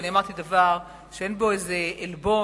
ואני אמרתי דבר שאין בו איזה עלבון.